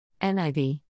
NIV